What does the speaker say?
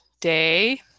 day